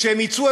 כשהם יצאו,